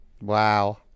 Wow